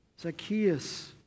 Zacchaeus